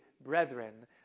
brethren